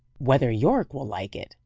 whether yorke will like it,